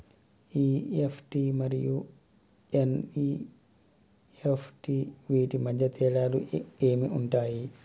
EFT మరియు NEFT వీటి మధ్య తేడాలు ఏమి ఉంటాయి?